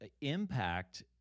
impact